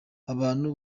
abantu